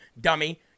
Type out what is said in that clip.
dummy